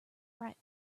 bright